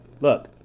Look